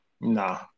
Nah